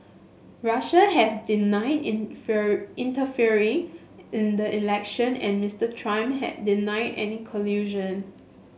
Russia has denied interfering in the election and Mister Trump has denied any collusion